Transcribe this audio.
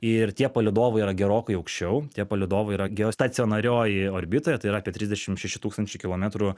ir tie palydovai yra gerokai aukščiau tie palydovai yra geostacionarioj orbitoj tai yra apie trisdešimt šeši tūkstančiai kilometrų